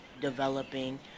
developing